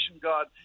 God